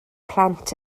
plant